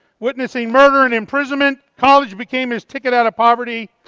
witnessing murder and imprisonment, college became his ticket out of poverty.